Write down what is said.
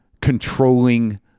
controlling